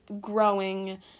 growing